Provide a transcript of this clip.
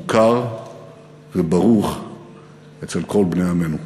מוכר וברוך אצל כל בני עמנו.